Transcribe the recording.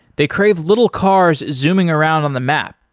they crave little cars zooming around on the map.